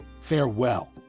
Farewell